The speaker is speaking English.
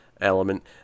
element